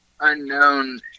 unknown